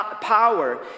power